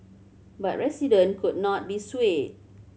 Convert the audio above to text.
but resident could not be swayed